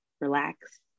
relax